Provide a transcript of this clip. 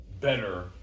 better